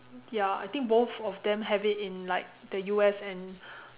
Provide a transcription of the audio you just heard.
ya I think both of them have it in like the U_S and